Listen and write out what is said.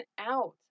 out